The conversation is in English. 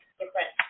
different